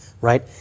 right